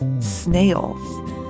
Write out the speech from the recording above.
snails